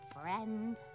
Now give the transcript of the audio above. friend